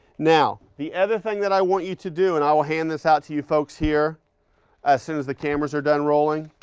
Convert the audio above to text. now, the other thing that i want you to do, and i will hand this out to you folks here as soon as the cameras are done rolling,